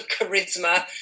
charisma